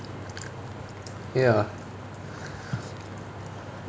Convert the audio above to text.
ya